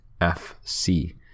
fc